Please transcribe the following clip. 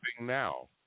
now